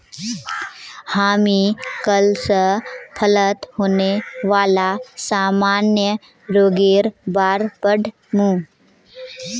हामी कल स फलत होने वाला सामान्य रोगेर बार पढ़ मु